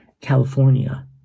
California